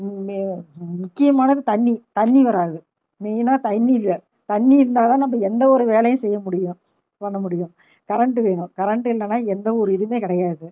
மே முக்கியமானது தண்ணி தண்ணி வராது மெயினாக தண்ணி இல்லை தண்ணி இல்லாத நம்ம எந்தவொரு வேலையும் செய்ய முடியும் பண்ண முடியும் கரண்டு வேணும் கரண்டு இல்லைனா எந்தவொரு இதுவுமே கிடையாது